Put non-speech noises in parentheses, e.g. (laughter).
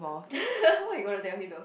(laughs) what you gonna tell him though